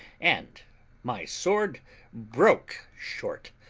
and my sword broke short.